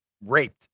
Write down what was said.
raped